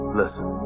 listen